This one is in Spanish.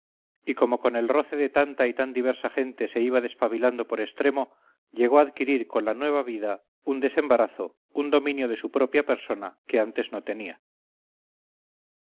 y como con el roce de tanta y tan diversa gente se iba despabilando por extremo llegó a adquirir con la nueva vida un desembarazo un dominio de su propia persona que antes no tenía